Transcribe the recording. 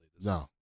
No